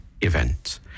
event